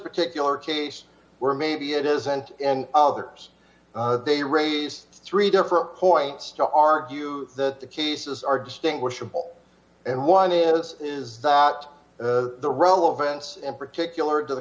particular case where maybe it isn't and others they raised three different points to argue that the cases are distinguishable and one is is not the relevance in particular to the